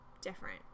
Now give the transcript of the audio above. different